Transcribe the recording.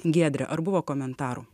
giedre ar buvo komentarų